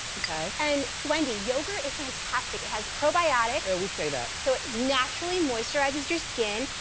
and wendy, yogurt is fantastic. it has probiotics. yeah, we say that. so, it naturally moisturizes your skin.